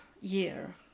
year